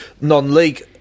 non-league